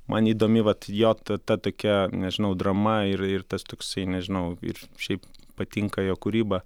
man įdomi vat jo ta tokia nežinau drama ir ir tas toksai nežinau ir šiaip patinka jo kūryba